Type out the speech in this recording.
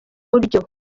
buryo